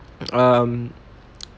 um